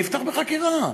נפתח בחקירה.